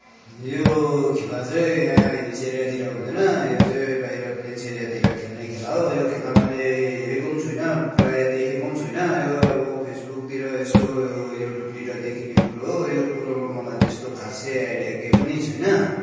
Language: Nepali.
यो खेला चाहिँ यहाँ हिल्स एरियातिर हुँदैन यो चाहिँ बाहिर प्लेन्स एरियातिर खेल्ने खेला हो यो खेला मैले हेरेको पनि छुइनँ प्रायः देखेको पनि छुइनँ यो अब फेसबुकतिर यसो युट्युबतिर देखिने कुरो हो यो कुरोमा मलाई त्यस्तो खासै आइडिया केही पनि छैन